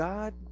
God